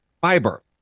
Fiber